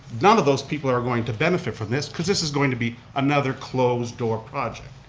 none of those people are going to benefit from this cause this is going to be another closed-door project.